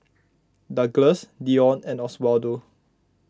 Douglass Dionne and Oswaldo